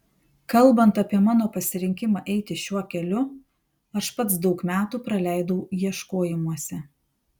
kalbant apie mano pasirinkimą eiti šiuo keliu aš pats daug metų praleidau ieškojimuose